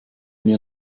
mir